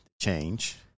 change